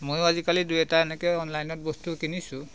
ময়ো আজিকালি দুই এটা এনেকৈয়ে অনলাইনত বস্তু কিনিছোঁ